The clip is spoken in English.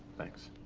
thanks.